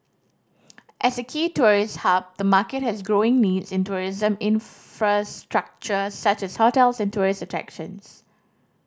as a key tourist hub the market has growing needs in tourism infrastructure such as hotels and tourist attractions